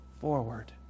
forward